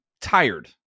tired